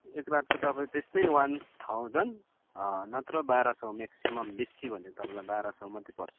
एकरातको तपाईँ त्यस्तै one thousand नत्र बाह्र सौ म्याक्सिमम् बेसी भनेको तपाईँलाई बाह्र सौ मात्रै पर्छ